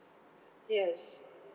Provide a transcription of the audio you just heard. yes